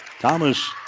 Thomas